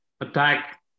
attack